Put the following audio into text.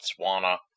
botswana